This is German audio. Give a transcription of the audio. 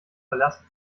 verlassen